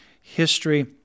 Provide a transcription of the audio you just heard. history